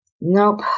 Nope